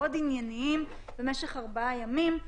מאוד ענייניים במשך ארבעה ימים,